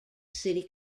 city